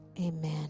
Amen